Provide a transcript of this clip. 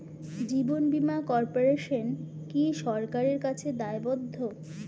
জীবন বীমা কর্পোরেশন কি সরকারের কাছে দায়বদ্ধ?